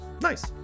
Nice